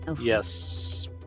yes